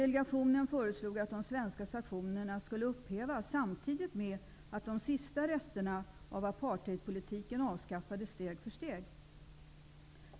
Delegationen föreslog att de svenska snktionerna skulle upphävas samtidigt med att de sista resterna av apartheidpolitiken avskaffades steg för steg.